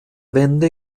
wende